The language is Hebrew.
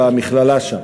במכללה שם.